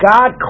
God